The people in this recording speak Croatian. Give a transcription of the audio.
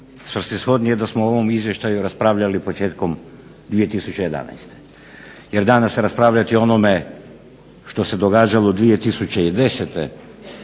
svrsishodnije da smo o ovom Izvješću raspravljali početkom 2011. Jer danas raspravljati o onome što se događalo 2010.